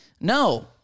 No